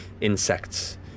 insects